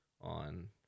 on